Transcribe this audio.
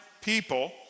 people